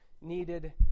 needed